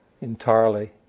entirely